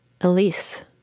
Elise